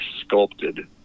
sculpted